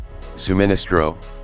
suministro